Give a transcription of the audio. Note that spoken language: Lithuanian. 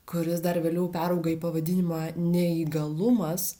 kuris dar vėliau perauga į pavadinimą neįgalumas